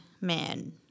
man